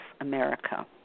America